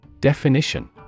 Definition